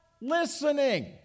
listening